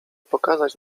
pokazać